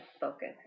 focus